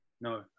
No